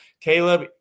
Caleb